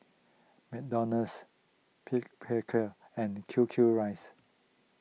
McDonald's pick Picard and Q Q rice